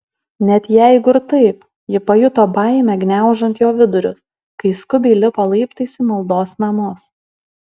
net jeigu ir taip ji pajuto baimę gniaužiant jo vidurius kai skubiai lipo laiptais į maldos namus